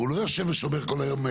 הוא לא יושב ושומר כל היום,